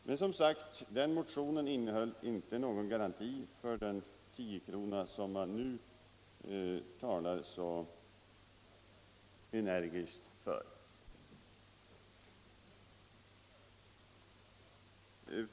Men motionen innehöll som sagt inte någon garanti för de 10 kr. som man nu talar så energiskt för.